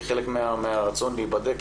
כחלק מהרצון להיבדק,